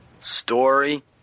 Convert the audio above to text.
Story